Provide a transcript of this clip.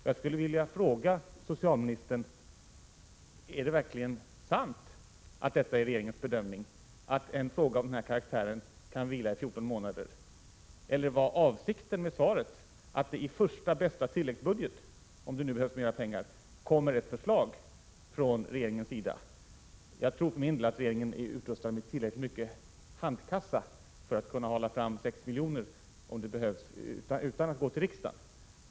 Jag vill fråga socialministern: Är det verkligen sant att detta är regeringens bedömning, att en fråga av denna karaktär kan vila i 14 månader, eller var avsikten med svaret att det i första bästa tilläggsbudget, om det nu behövs mera pengar, läggs fram ett förslag från regeringens sida? Jag tror för min del att regeringen är utrustad med en tillräckligt stor handkassa för att kunna hala fram 6 milj.kr., om det skulle behövas, utan att gå till riksdagen.